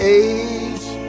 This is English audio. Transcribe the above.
age